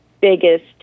biggest